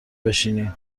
بشینی